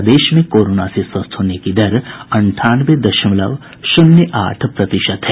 प्रदेश में कोरोना से स्वस्थ होने की दर अंठानवे दशमलव शून्य आठ प्रतिशत है